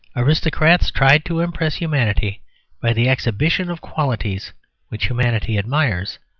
aristocrats tried to impress humanity by the exhibition of qualities which humanity admires,